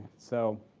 so,